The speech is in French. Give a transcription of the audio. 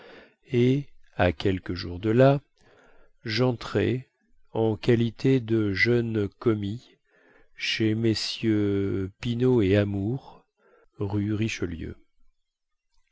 et à quelques jours de là jentrais en qualité de jeune commis chez mm pinaud et amour rue richelieu